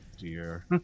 dear